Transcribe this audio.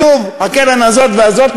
והעולם נגד ישראל לא בגלל הארגונים,